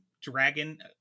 dragon